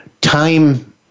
time